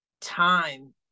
time